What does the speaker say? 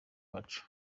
wacu